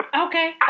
okay